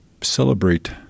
celebrate